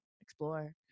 explore